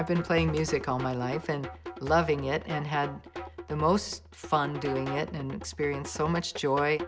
i've been playing music all my life and loving it and had the most fun doing it and experience so much joy